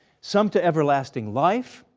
some to everlasting life,